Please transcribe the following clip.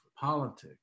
politics